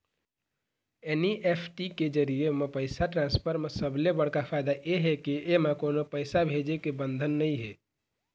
NEFT के जरिए म पइसा ट्रांसफर म सबले बड़का फायदा ए हे के एमा कोनो पइसा भेजे के बंधन नइ हे